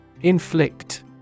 Inflict